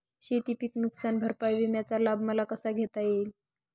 शेतीपीक नुकसान भरपाई विम्याचा लाभ मला कसा घेता येईल?